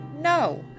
No